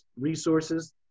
resources